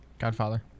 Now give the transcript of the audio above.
Godfather